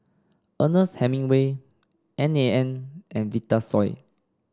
Ernest Hemingway N A N and Vitasoy